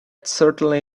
certainly